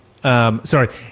sorry –